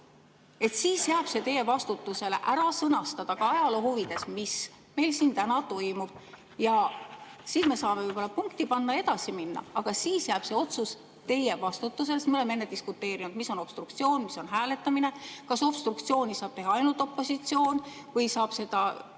Siis jääb teie vastutusele ära sõnastada ajaloo huvides, mis meil täna siin toimub, ja siis me saame võib-olla punkti panna ja edasi minna. Aga siis jääb see otsus teie vastutusele, sest me oleme enne diskuteerinud, mis on obstruktsioon ja mis on hääletamine. Kas obstruktsiooni saab teha ainult opositsioon või saab seda